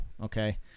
okay